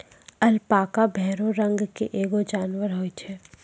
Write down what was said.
alpaca भेड़ो रंग के एगो जानबर होय छै